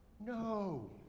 No